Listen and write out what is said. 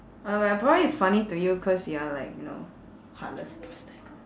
ah well probably it's funny to you cause you're like you know heartless last time